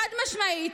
חד-משמעית.